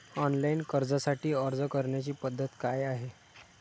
Online कर्जासाठी अर्ज करण्याची पद्धत काय आहे?